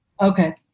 Okay